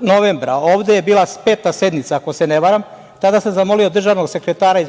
Novembra 12, ovde je bila peta sednica, ako se ne varam, tada sam zamolio državnog sekretara iz